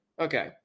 Okay